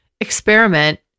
experiment